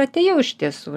atėjau iš tiesų